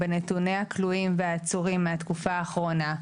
בנתוני הכלואים והעצורים מהתקופה האחרונה,